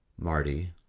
marty